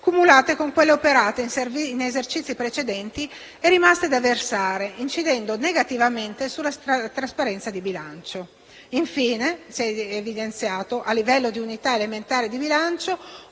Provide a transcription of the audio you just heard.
cumulate con quelle operate in esercizi precedenti e rimaste da versare, incidendo negativamente sulla trasparenza di bilancio. Infine, si è evidenziato, a livello di unità elementare di bilancio,